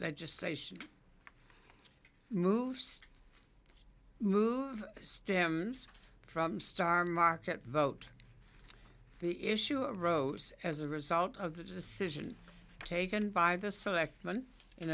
legislation moves to move stems from star market vote the issue arose as a result of the decision taken by the